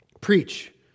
preach